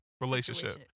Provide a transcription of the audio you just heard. relationship